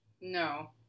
no